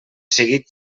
seguit